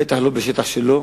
בטח לא בשטח שלו,